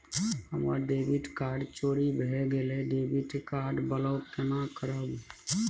हमर debit card चोरी भगेलै डेबिट कार्ड ब्लॉक केना करब?